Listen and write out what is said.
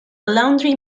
laundry